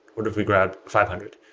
what if we grab five hundred?